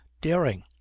daring